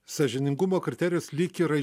sąžiningumo kriterijus lyg yra